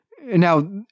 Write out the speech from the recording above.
Now